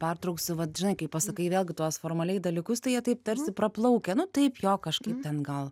pertrauksiu vat žinai kai pasakai vėlgi tuos formaliai dalykus tai jie taip tarsi praplaukia nu taip jo kažkaip ten gal